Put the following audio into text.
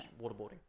waterboarding